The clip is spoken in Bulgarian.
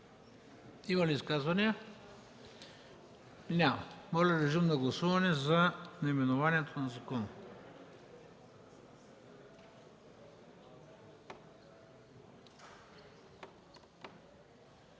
Има ли изказвания? Няма. Моля, режим на гласуване за наименованието на закона.